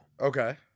Okay